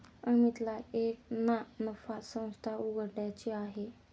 अमितला एक ना नफा संस्था उघड्याची आहे